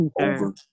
over